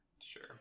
Sure